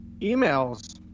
emails